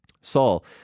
Saul